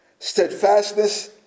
steadfastness